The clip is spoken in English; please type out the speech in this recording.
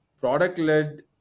product-led